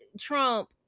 trump